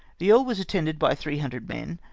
the earl was attended by three hundred men,